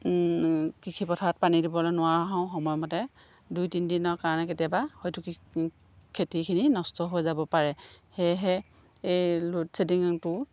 কৃষি পথাৰত পানী দিবলে নোৱাৰা হওঁ সময়মতে দুই তিনিদিনৰ কাৰণে কেতিয়াবা হয়তো খেতিখিনি নষ্ট হৈ যাব পাৰে সেয়েহে এই লোড শ্বেডিংটোৰ